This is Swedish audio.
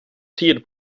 tid